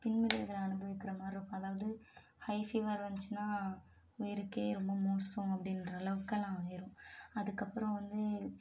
பின் விளைவுகளை அனுபவிக்கிற மாதிரி இருக்கும் அதாவது ஹை ஃபீவர் வந்துச்சுனா உயிருக்கே ரொம்ப மோசம் அப்படின்ற அளவுக்கு எல்லாம் ஆயிடும் அதுக்கு அப்பறம் வந்து